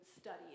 study